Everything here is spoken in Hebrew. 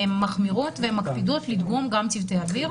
הן מחמירות והן מקפידות לדגום גם צוותי אוויר.